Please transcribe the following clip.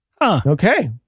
Okay